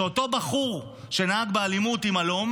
שאותו בחור שנהג באלימות עם הלום,